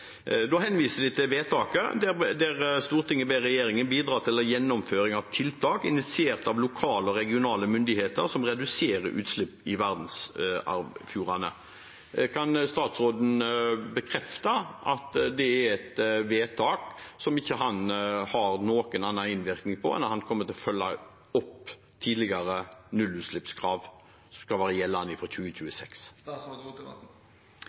Da henviser de til vedtaket, der «Stortinget ber regjeringen bidra til gjennomføring av tiltak initiert av lokale og regionale myndigheter, som reduserer utslipp i verdensarvfjordene.» Kan statsråden bekrefte at det er et vedtak som han ikke har noen annen innvirkning på enn at han kommer til å følge opp at tidligere nullutslippskrav skal være gjeldende